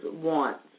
wants